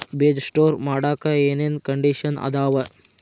ಬೇಜ ಸ್ಟೋರ್ ಮಾಡಾಕ್ ಏನೇನ್ ಕಂಡಿಷನ್ ಅದಾವ?